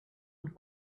and